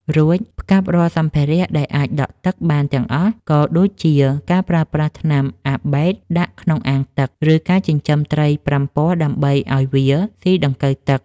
រួចផ្កាប់រាល់សម្ភារៈដែលអាចដក់ទឹកបានទាំងអស់ ក៏ដូចជាការប្រើប្រាស់ថ្នាំអាបែតដាក់ក្នុងអាងទឹក ឬការចិញ្ចឹមត្រីប្រាំពណ៌ដើម្បីឱ្យវាស៊ីដង្កូវទឹក។